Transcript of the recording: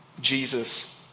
Jesus